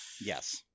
Yes